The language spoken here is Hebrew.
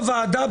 בוועדה,